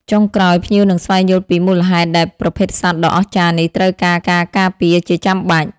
ចុងក្រោយ ភ្ញៀវនឹងស្វែងយល់ពី មូលហេតុដែលប្រភេទសត្វដ៏អស្ចារ្យនេះត្រូវការការការពារជាចាំបាច់។